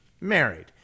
Married